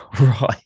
Right